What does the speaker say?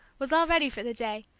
was all ready for the day,